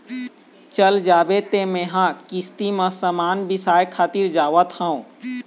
चल जाबे तें मेंहा किस्ती म समान बिसाय खातिर जावत हँव